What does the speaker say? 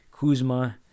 kuzma